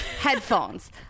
headphones